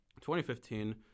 2015